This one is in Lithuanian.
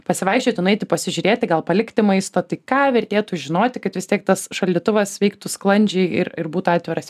pasivaikščioti nueiti pasižiūrėti gal palikti maisto tai ką vertėtų žinoti kad vis tiek tas šaldytuvas veiktų sklandžiai ir ir būtų atviras